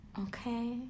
Okay